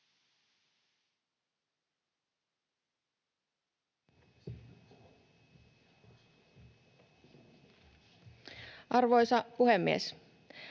Arvoisa puhemies!